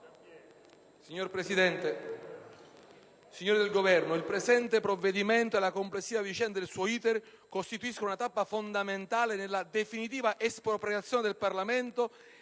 Signora Presidente, signori del Governo, il provvedimento in esame e la complessiva vicenda del suo *iter* costituiscono una tappa fondamentale nella definitiva espropriazione del Parlamento